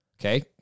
Okay